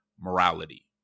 morality